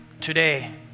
today